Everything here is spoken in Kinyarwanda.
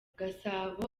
gasabo